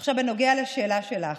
עכשיו בנוגע לשאלה שלך,